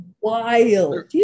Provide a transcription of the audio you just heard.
wild